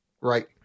Right